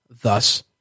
thus